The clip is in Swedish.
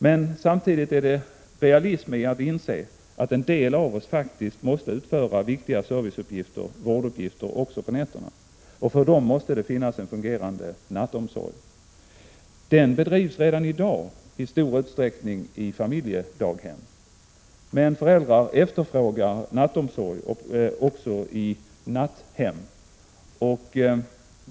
Men samtidigt är det realism att inse att en del av oss faktiskt måste utföra viktiga serviceuppgifter också på nätterna, och för dem måste det finnas en fungerande nattomsorg. Den bedrivs redan i dag i stor utsträckning i familjedaghem. Men föräldrar efterfrågar nattomsorg också i natthem.